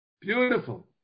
Beautiful